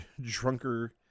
drunker